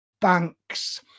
banks